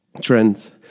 trends